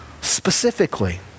specifically